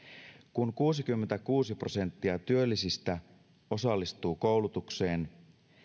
kun kuusikymmentäkuusi prosenttia työllisistä osallistuu koulutukseen